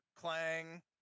clang